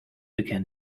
began